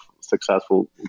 successful